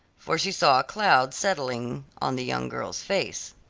for she saw a cloud settling on the young girl's face.